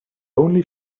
only